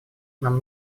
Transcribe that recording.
нам